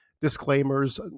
disclaimers